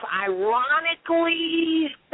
Ironically